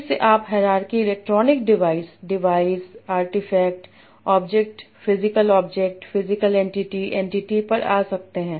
फिर से आप hierarchy electronic device device artifact object physical object physical entity entity पर जा सकते हैं